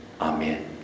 Amen